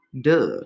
Duh